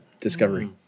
discovery